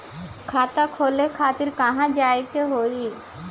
खाता खोले खातिर कहवा जाए के होइ?